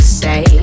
say